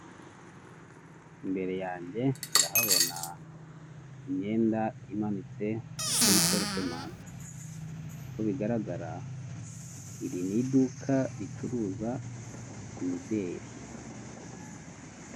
Imbere yanjye ndahabona imyenda imanitse kuri porutemanto uko bigaragara iri ni iduka ricuruza imideri.